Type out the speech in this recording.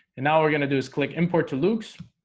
and now we're going to do is click import to luke's